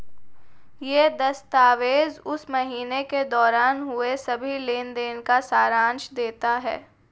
यह दस्तावेज़ उस महीने के दौरान हुए सभी लेन देन का सारांश देता है